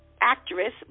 Actress